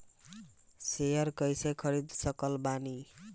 Share कइसे खरीद सकत बानी?